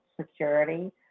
security